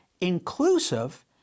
inclusive